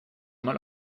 mal